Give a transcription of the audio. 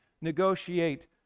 negotiate